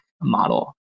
model